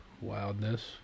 Wildness